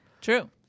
True